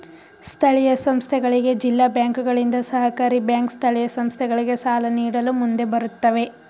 ಸ್ಥಳೀಯ ಸಂಸ್ಥೆಗಳಿಗೆ ಜಿಲ್ಲಾ ಬ್ಯಾಂಕುಗಳಿಂದ, ಸಹಕಾರಿ ಬ್ಯಾಂಕ್ ಸ್ಥಳೀಯ ಸಂಸ್ಥೆಗಳಿಗೆ ಸಾಲ ನೀಡಲು ಮುಂದೆ ಬರುತ್ತವೆ